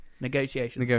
negotiations